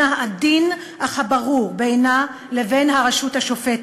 העדין אך הברור בינה לבין הרשות השופטת,